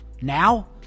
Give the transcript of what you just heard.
Now